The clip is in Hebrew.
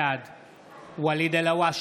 בעד ואליד אלהואשלה,